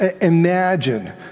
imagine